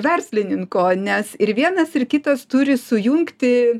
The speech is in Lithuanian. verslininko nes ir vienas ir kitas turi sujungti